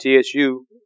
TSU